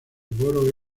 boro